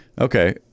okay